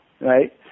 right